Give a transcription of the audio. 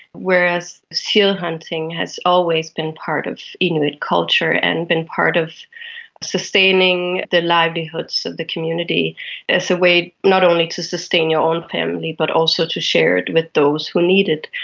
whereas seal hunting has always been part of inuit culture and been part of sustaining the livelihoods of the community as a way not only to sustain your own family but also to share it with those who need it.